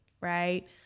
right